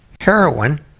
Heroin